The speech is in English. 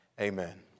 Amen